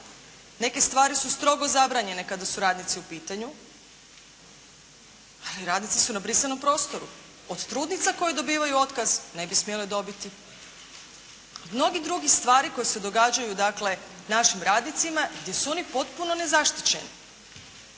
Neke stvari su strogo zabranjene kada su radnici u pitanju, ali radnici su na brisanom prostoru. Od trudnica koje dobivaju otkaz, ne bi smjele dobiti do mnogih drugih stvari koje se događaju dakle našim radnicima jer su oni potpuno nezaštićeni